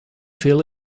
fill